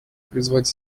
призвать